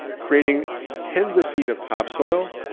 creating tens of feet of topsoil,